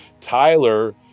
Tyler